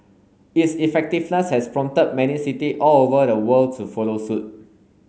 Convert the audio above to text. its effectiveness has prompted many city all over the world to follow suit